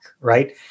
Right